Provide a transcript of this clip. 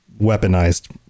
weaponized